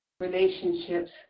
relationships